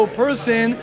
person